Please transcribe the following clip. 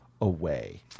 away